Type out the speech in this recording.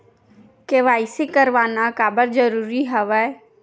KYC करवाना काबर जरूरी हवय?